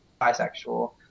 bisexual